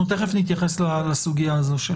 אנחנו תכף נתייחס לסוגיה הזו.